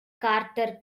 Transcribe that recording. carter